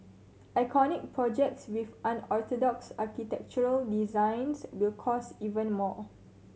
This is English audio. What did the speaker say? iconic projects with unorthodox architectural designs will cost even more